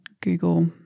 Google